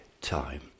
time